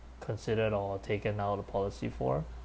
considered or taken out a policy for